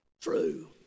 true